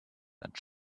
that